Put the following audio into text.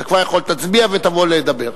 בבקשה, חבר הכנסת רוברט טיבייב.